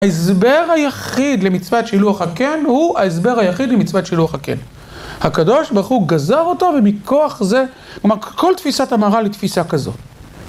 ההסבר היחיד למצוות שילוח הקן הוא ההסבר היחיד למצוות שילוח הקן. הקדוש ברוך הוא גזר אותו ומכוח זה, כל תפיסת המראה היא תפיסה כזאת.